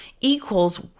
equals